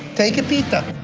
take a pita.